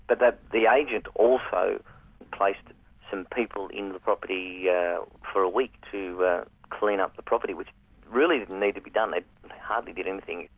but the the agent also placed some people in the property yeah for a week, to clean up the property, which really didn't need to be done they hardly did anything,